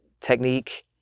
technique